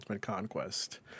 conquest